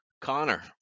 Connor